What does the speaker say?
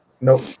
Nope